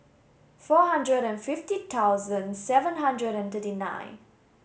four hundred and fifty thousand seven hundred and thirty nine